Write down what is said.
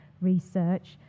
research